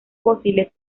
fósiles